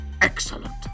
Excellent